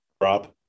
Rob